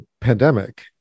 pandemic